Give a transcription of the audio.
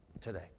today